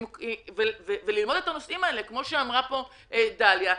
כמו שאמרה פה דליה,